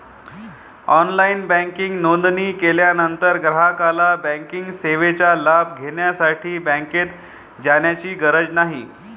online banking नोंदणी केल्यानंतर ग्राहकाला बँकिंग सेवेचा लाभ घेण्यासाठी बँकेत जाण्याची गरज नाही